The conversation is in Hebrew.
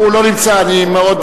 הוא לא נמצא, אני מאוד מצטער.